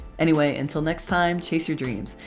anyway until next time, chase your dreams!